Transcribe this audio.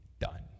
done